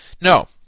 No